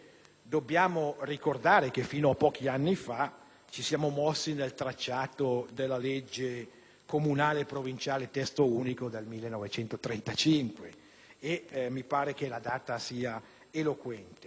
dobbiamo ricordare che fino a pochi anni fa ci siamo mossi nel tracciato del Testo unico della legge comunale e provinciale del 1934, e mi pare che la data sia eloquente.